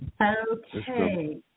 Okay